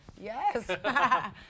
Yes